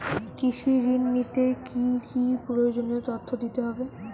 কৃষি ঋণ নিতে কি কি প্রয়োজনীয় তথ্য দিতে হবে?